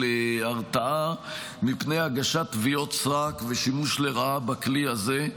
הרתעה מפני הגשת תביעות סרק ושימוש לרעה בכלי הזה,